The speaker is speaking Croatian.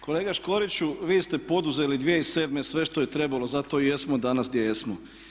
Kolega Škoriću, vi ste poduzeli 2007. sve što je trebalo zato i jesmo danas gdje jesmo.